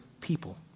people